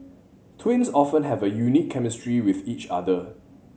twins often have a unique chemistry with each other